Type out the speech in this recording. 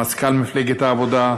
מזכ"ל מפלגת העבודה,